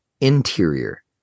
interior